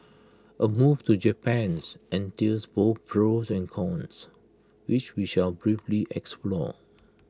A move to Japans entails both pros and cons which we shall briefly explore